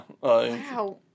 Wow